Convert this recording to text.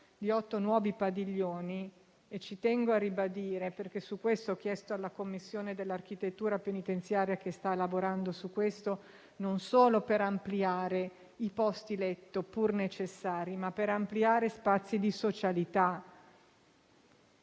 di otto nuovi padiglioni. Ci tengo a ribadirlo perché ho chiesto alla commissione dell'architettura penitenziaria che sta lavorando su questo di ampliare non solo i posti letto, pur necessari, ma anche gli spazi di socialità.